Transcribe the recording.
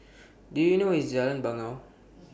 Do YOU know IS Jalan Bangau